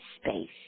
space